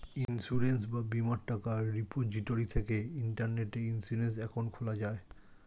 insurance বা বীমার টাকা রিপোজিটরি থেকে ইন্টারনেটে ইন্সুরেন্স অ্যাকাউন্ট খোলা যায়